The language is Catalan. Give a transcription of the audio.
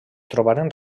trobaren